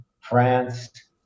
France